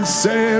say